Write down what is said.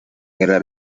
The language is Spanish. era